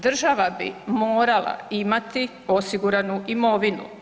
Država bi morala imati osiguranu imovinu.